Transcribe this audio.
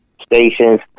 stations